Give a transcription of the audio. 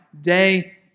day